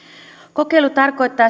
kokeilu tarkoittaa